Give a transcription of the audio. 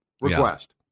request